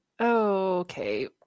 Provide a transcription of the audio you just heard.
Okay